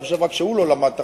אני חושב שרק הוא לא למד תחתי,